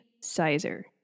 Sizer